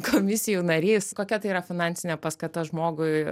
komisijų narys kokia tai yra finansinė paskata žmogui